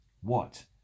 What